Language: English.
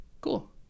cool